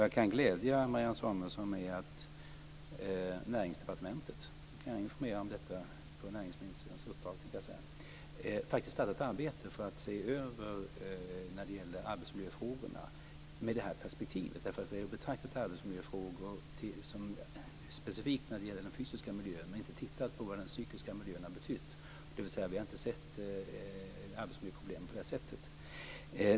Jag kan glädja Marianne Samuelsson med att Näringsdepartementet - jag kan informera om detta på näringsministerns uppdrag, tänkte jag säga - faktiskt hade ett arbete för att se över arbetsmiljöfrågorna med det här perspektivet. Vi har ju tidigare betraktat arbetsmiljöfrågor specifikt när det gäller den fysiska miljön men inte tittat på vad den psykiska miljön har betytt. Vi har alltså inte sett arbetsmiljöproblemet på det här sättet.